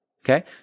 okay